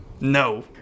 no